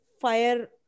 fire